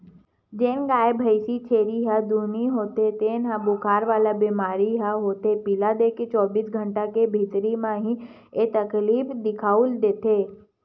जेन गाय, भइसी, छेरी ह दुहानी होथे तेन ल बुखार वाला बेमारी ह होथे पिला देके चौबीस घंटा के भीतरी म ही ऐ तकलीफ दिखउल देथे